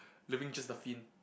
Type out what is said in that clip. leaving just the fin